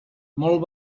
molt